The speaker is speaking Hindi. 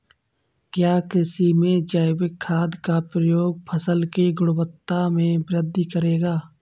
क्या कृषि में जैविक खाद का प्रयोग फसल की गुणवत्ता में वृद्धि करेगा?